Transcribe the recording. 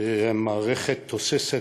מערכת תוססת,